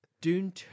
Dune